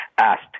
asked